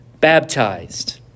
Baptized